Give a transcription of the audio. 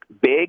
big